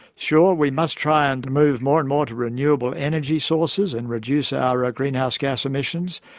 sure, we must try and move more and more to renewable energy sources and reduce our ah greenhouse gas emissions,